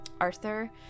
Arthur